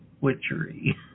Witchery